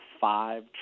five